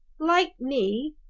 like me!